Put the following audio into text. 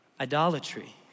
idolatry